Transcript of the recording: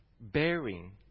bearing